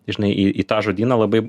žinai į į tą žodyną labai